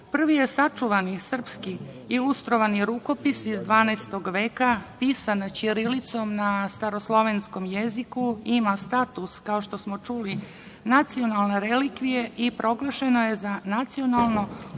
je sačuvan srpski ilustrovani rukopis iz 12. veka pisan ćirilicom na staroslovenskom jeziku, ima status, kao što smo čuli, nacionalne relikvije i proglašeno je za nacionalno